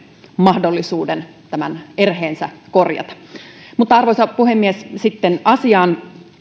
mahdollisuuden tämän erheensä korjata arvoisa puhemies sitten asiaan